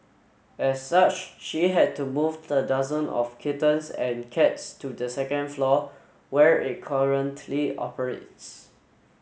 as such she had to move the dozen of kittens and cats to the second floor where it currently operates